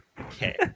Okay